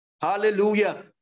Hallelujah